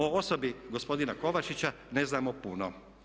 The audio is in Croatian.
O osobi gospodina Kovačića ne znamo puno.